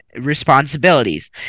responsibilities